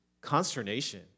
consternation